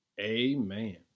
Amen